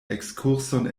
ekskurson